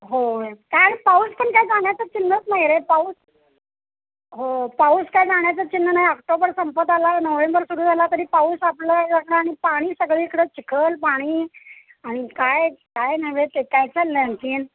होय काय पाऊस पण काय जाण्याचं चिन्हच नाही रे पाऊस हो पाऊस काय जाण्याचं चिन्ह नाही ऑक्टोबर संपत आला नोव्हेंबर सुरू झाला तरी पाऊस आपलं आणि पाणी सगळीकडं चिखल पाणी आणि काय काय नव्हे ते काय चाललं आणखीन